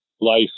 life